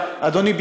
אדוני,